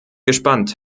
gespannt